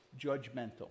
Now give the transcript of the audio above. judgmental